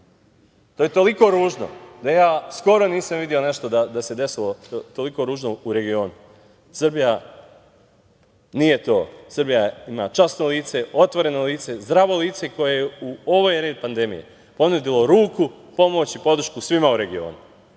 To je toliko ružno da ja skoro nisam video nešto da se desilo toliko ružno u regionu. Srbija nije to. Srbija ima časno lice, otvoreno lice, zdravo lice koje u ovoj pandemiji ponudilo ruku, pomoć i podršku svima u regionu,